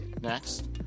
Next